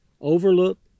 overlooked